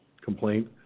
complaint